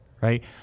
Right